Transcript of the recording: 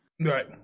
Right